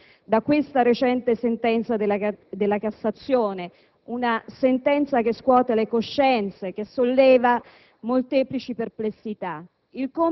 Vorrei piuttosto fare riferimento a una sentenza, quella dei giudici, che entrano nello specifico di un diritto a vivere o diritto a morire.